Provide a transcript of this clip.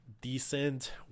decent